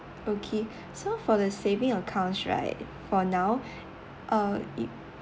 okay so for the saving accounts right for now uh it